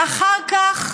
ואחר כך,